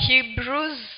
Hebrews